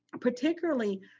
particularly